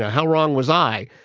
ah how wrong was i?